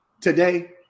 today